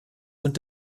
und